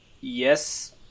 Yes